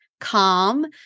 calm